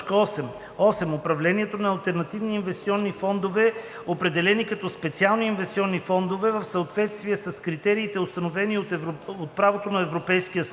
„8. управлението на алтернативни инвестиционни фондове, определени като специални инвестиционни фондове в съответствие с критериите, установени от правото на Европейския съюз.“